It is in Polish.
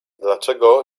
dlaczego